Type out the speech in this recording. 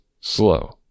slow